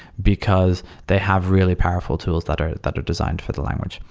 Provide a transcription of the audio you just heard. because they have really powerful tools that are that are designed for the language.